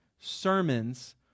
sermons